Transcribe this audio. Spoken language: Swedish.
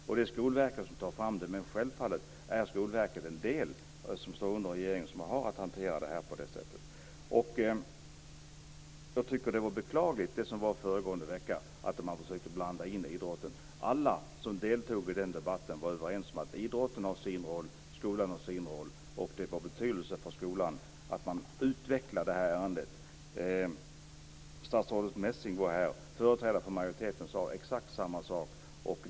Och det är Skolverket som tar fram dem, men självfallet står Jag tycker att det var beklagligt att man förra veckan försökte blanda in idrotten. Alla som deltog i den debatten var överens om att idrotten har sin roll och skolan har sin roll, och det har betydelse för skolan att man utvecklar det här. Statsrådet Messing, som företrädde majoriteten, sade exakt samma sak.